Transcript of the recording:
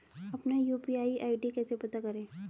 अपना UPI ID कैसे पता करें?